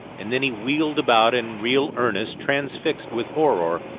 and then he wheeled about in real earnest, transfixed with horror,